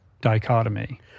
dichotomy